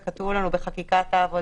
זה כתוב לנו בחקיקת העבודה,